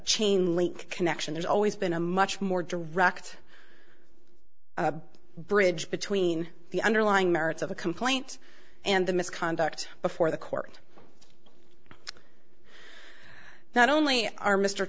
chain link connection there's always been a much more direct bridge between the underlying merits of a complaint and the misconduct before the court not only are m